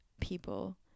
people